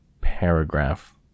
Paragraph